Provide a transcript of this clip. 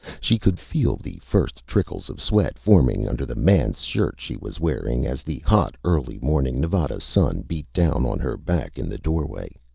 she could feel the first trickles of sweat forming under the man's shirt she was wearing as the hot, early morning nevada sun beat down on her back in the doorway.